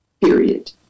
Period